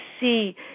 see